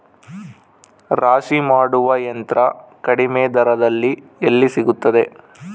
ರಾಶಿ ಮಾಡುವ ಯಂತ್ರ ಕಡಿಮೆ ದರದಲ್ಲಿ ಎಲ್ಲಿ ಸಿಗುತ್ತದೆ?